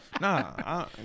Nah